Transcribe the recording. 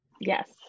Yes